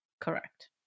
Correct